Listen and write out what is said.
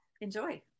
Enjoy